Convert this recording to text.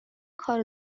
کار